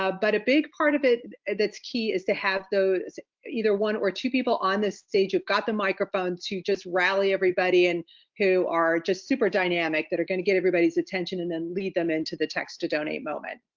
ah but a big part of it, that's key is to have those either one or two people on the stage who've got the microphone to just rally everybody and who are just super dynamic that are gonna get everybody's attention and then lead them into the text to donate moment.